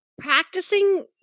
Practicing